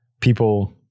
People